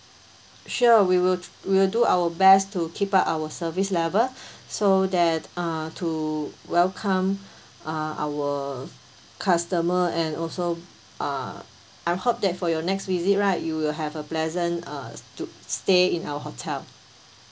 sure we will we will do our best to keep up our service level so that uh to welcome uh our customer and also uh I hope that for your next visit right you will have a pleasant uh to stay in our hotel